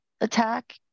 attack